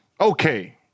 okay